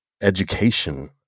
education